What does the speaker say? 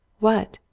what?